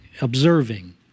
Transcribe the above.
observing